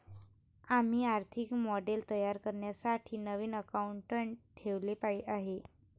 आम्ही आर्थिक मॉडेल तयार करण्यासाठी नवीन अकाउंटंट ठेवले आहे